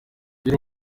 ari